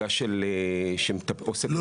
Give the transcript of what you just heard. הנציגה שעוסקת בזה בחופשת לידה.